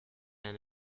and